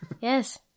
Yes